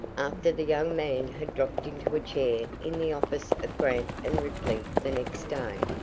after the young man had dropped into a chair in the office of grant and ripley the next day.